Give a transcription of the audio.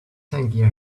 tangier